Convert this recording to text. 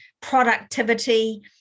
productivity